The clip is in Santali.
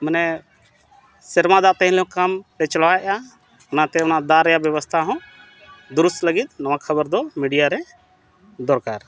ᱢᱟᱱᱮ ᱥᱮᱨᱢᱟ ᱫᱟᱜ ᱛᱮᱦᱚᱸ ᱠᱚᱪᱞᱟᱣᱮᱜᱼᱟ ᱚᱱᱟᱛᱮ ᱚᱱᱟ ᱫᱟᱜ ᱨᱮᱱᱟᱜ ᱵᱮᱵᱚᱥᱛᱷᱟ ᱦᱚᱸ ᱫᱩᱨᱩᱥ ᱞᱟᱹᱜᱤᱫ ᱱᱚᱣᱟ ᱠᱷᱟᱵᱚᱨ ᱫᱚ ᱢᱤᱰᱤᱭᱟᱨᱮ ᱫᱚᱨᱠᱟᱨ